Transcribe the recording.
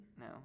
No